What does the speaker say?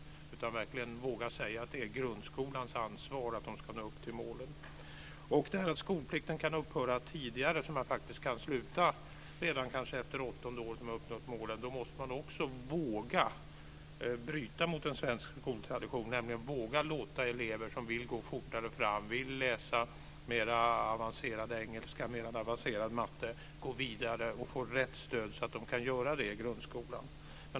Vi måste verkligen våga säga att det är grundskolans ansvar att de ska nå upp till målen. Det här att skolplikten kan upphöra tidigare, så att man kanske kan sluta redan efter åttonde året om man uppnått målen, innebär att man också måste våga bryta mot den svenska skoltraditionen. Man måste våga låta elever som vill gå fortare fram, vill läsa mer avancerad engelska och mer avancerad matte gå vidare och få rätt stöd så att de kan göra det i grundskolan.